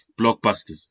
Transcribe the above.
blockbusters